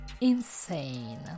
insane